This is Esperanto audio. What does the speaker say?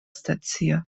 stacio